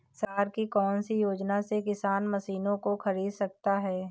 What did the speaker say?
सरकार की कौन सी योजना से किसान मशीनों को खरीद सकता है?